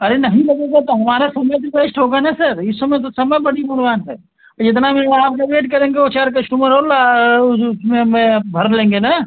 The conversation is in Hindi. अरे नहीं लगेगा तो हमारा समय भी वेस्ट होगा ना सर इस समय तो समय बड़ा बलवान है इतना में आप जो वेट करेंगे वो चार कश्टमर और वो जो उसमें मैं भर लेंगे ना